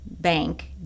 bank